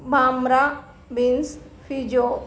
बांमब्रा beans फिजो